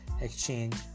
exchange